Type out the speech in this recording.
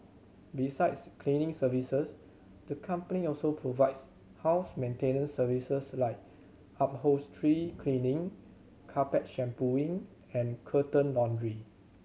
besides cleaning services the company also provides house maintenance services like upholstery cleaning carpet shampooing and curtain laundry